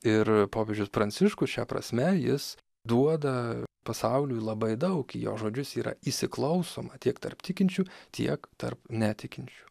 ir popiežius pranciškus šia prasme jis duoda pasauliui labai daug į jo žodžius yra įsiklausoma tiek tarp tikinčių tiek tarp netikinčių